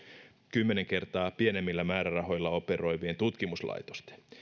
kymmenen kertaa pienemmillä määrärahoilla operoivien tutkimuslaitosten